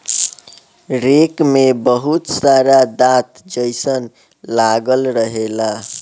rake में बहुत सारा दांत जइसन लागल रहेला